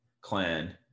clan